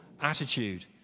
attitude